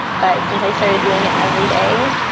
but since i started doing it every day,